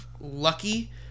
lucky